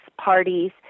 parties